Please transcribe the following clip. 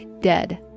dead